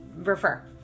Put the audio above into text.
refer